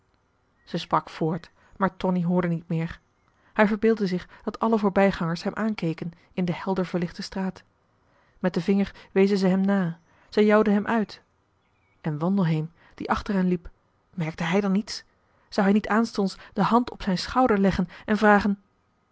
zij sprak voort maar tonie hoorde niet meer hij verbeeldde zich dat alle voorbijgangers hem aankeken in de helder verlichte straat met den vinger wezen zij hem na zij jouwden hem uit en wandelheem die achter hen liep merkte hij dan niets zou hij niet aanstonds de hand op zijn schouder leggen en vragen